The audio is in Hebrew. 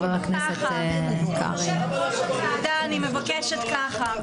אני מציעה,